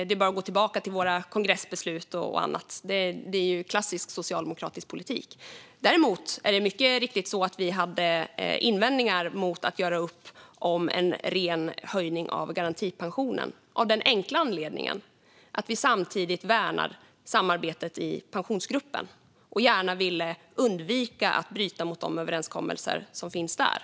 Det är bara att gå tillbaka till våra kongressbeslut och annat. Det är ju klassisk socialdemokratisk politik. Däremot hade vi mycket riktigt invändningar mot att göra upp om en ren höjning av garantipensionen - av den enkla anledningen att vi samtidigt värnade samarbetet i Pensionsgruppen och gärna ville undvika att bryta mot de överenskommelser som finns där.